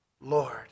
Lord